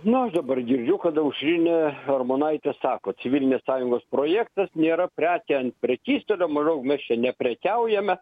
nu aš dabar girdžiu kad aušrinė armonaitė sako civilinės sąjungos projektas nėra prekė ant prekystalio maždaug mes čia neprekiaujame